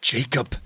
Jacob